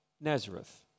Nazareth